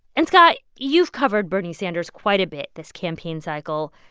and, scott, you've covered bernie sanders quite a bit this campaign cycle.